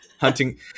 hunting